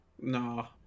No